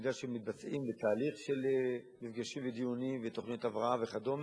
אני יודע שהם מתבצעים בתהליך של מפגשים ודיונים ותוכניות הבראה וכדומה,